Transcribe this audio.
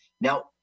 now